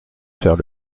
faire